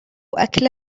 أكل